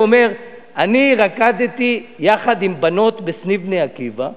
הוא אומר: אני רקדתי יחד עם בנות בסניף "בני עקיבא",